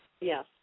yes